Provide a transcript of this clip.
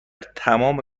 تمام